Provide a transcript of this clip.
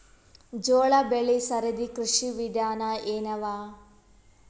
ಜೋಳ ಬೆಳಿ ಸರದಿ ಕೃಷಿ ವಿಧಾನ ಎನವ?